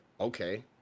okay